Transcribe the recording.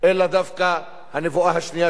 אלא דווקא הנבואה השנייה,